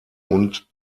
und